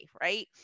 right